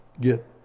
get